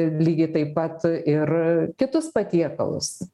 lygiai taip pat ir kitus patiekalus